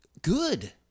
Good